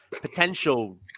potential